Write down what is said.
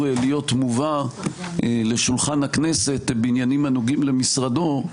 להיות מובא לשולחן הכנסת בעניינים הנוגעים למשרדו,